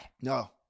No